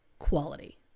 quality